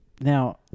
Now